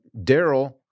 Daryl